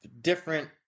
different